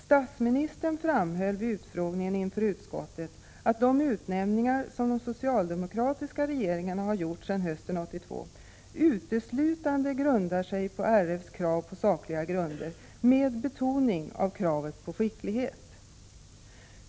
Statsministern EE framhöll vid utfrågningen inför utskottet att de utnämningar som de socialdemokratiska regeringarna har gjort sedan hösten 1982 uteslutande grundar sig på regeringsformens krav på sakliga grunder, med betoning av kravet på skicklighet.